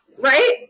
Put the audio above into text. Right